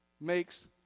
makes